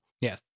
Yes